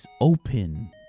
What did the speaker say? open